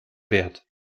wert